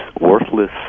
worthless